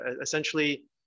essentially